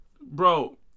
Bro